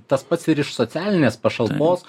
tas pats ir iš socialinės pašalpos